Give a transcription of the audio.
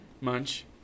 munch